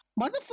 Motherfucker